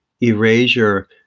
erasure